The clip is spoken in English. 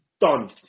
Done